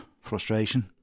frustration